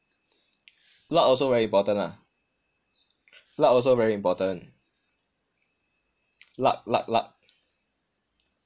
luck also very important ah luck also very important luck luck luck